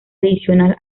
adicional